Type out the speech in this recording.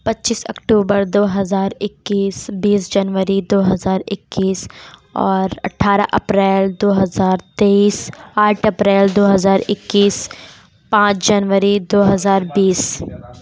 پچیس اکٹوبر دو ہزار اکیس بیس جنوری دو ہزار اکیس اور اٹھارہ اپریل دو ہزار تیئیس آٹھ اپریل دو ہزار اکیس پانچ جنوری دو ہزار بیس